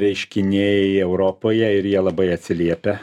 reiškiniai europoje ir jie labai atsiliepia